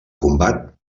combat